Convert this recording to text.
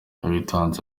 yabitangaje